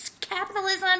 Capitalism